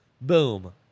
Boom